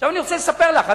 עכשיו אני רוצה לספר לך,